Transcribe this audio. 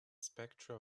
spectra